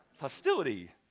Hostility